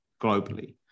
globally